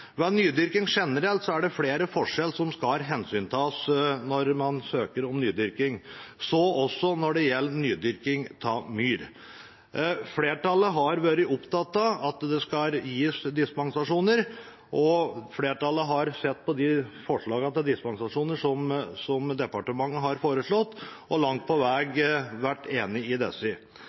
Ved nydyrking generelt er det flere forhold som skal hensyntas når man søker om nydyrking. Så også når det gjelder nydyrking av myr. Flertallet har vært opptatt av at det skal gis dispensasjoner, og flertallet har sett på forslagene til dispensasjon som departementet har foreslått, og langt på vei vært enig i